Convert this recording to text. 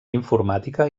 informàtica